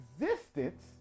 existence